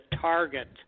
target